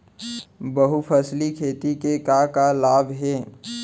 बहुफसली खेती के का का लाभ हे?